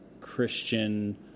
Christian